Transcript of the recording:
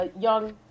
young